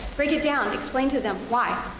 break it down. explain to them why,